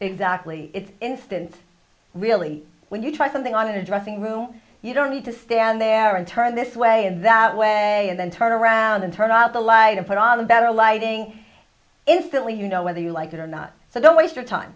exactly it's instance really when you try something on a dressing room you don't need to stand there and turn this way and that way and then turn around and turn out the light and put on the better lighting instantly you know whether you like it or not so don't waste your time